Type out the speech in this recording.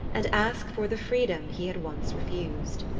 and ask for the freedom he had once refused.